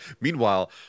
Meanwhile